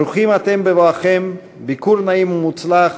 ברוכים אתם בבואכם, ביקור נעים ומוצלח.